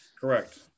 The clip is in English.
correct